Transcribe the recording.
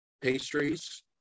pastries